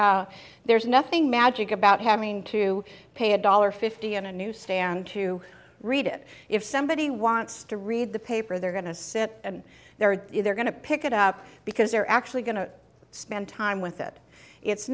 right there's nothing magic about having to pay a dollar fifty and a newsstand to read it if somebody wants to read the paper they're going to sit in there they're going to pick it up because they're actually going to spend time with it it's